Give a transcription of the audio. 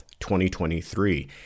2023